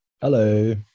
Hello